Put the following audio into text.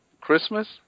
Christmas